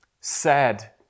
sad